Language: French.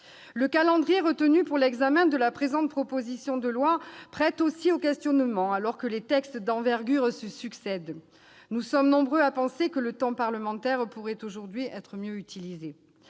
Le calendrier retenu pour l'examen de la présente proposition de loi prête aussi à interrogations, alors que les textes d'envergure se succèdent. Nous sommes nombreux à penser que le temps parlementaire pourrait être mieux utilisé.